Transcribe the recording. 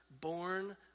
born